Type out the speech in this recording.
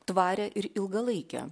tvarią ir ilgalaikę